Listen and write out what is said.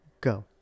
Go